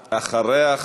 אחריו,